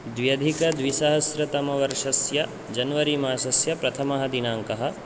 द्व्यधिकद्विसहस्रतमवर्षस्य जनवरिमासस्य प्रथमः दिनाङ्कः